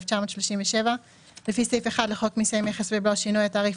1937 לפי סעיף 1 לחוק מסי מכס ובלו (שינוי התעריף),